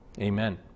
Amen